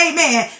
Amen